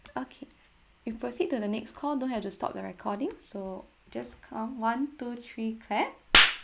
okay we proceed to the next call don't have to stop the recording so just count one two three clap